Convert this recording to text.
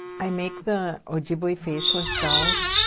i make the ojibwe faceless dolls.